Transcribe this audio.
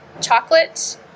Chocolate